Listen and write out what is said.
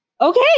Okay